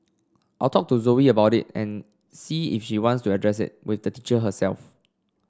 I'll talk to Zoe about it and see if she wants to address it with the teacher herself